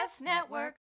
network